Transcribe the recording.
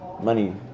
money